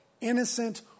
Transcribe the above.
innocent